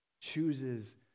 chooses